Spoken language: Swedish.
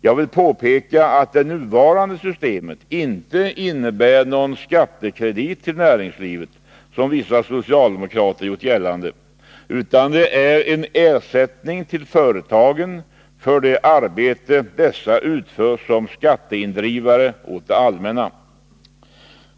Jag vill påpeka att det nuvarande systemet inte innebär någon skattekredit till näringslivet, som vissa socialdemokrater gjort gällande, utan är en ersättning till företagen för det arbete dessa utför som skatteindrivare åt det allmänna.